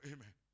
Amen